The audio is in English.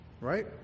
right